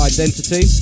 Identity